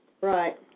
Right